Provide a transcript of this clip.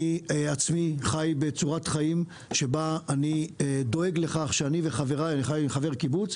אני עצמי חי בצורת חיים שבה אני דואג לכך שאני וחבריי אני חבר קיבוץ,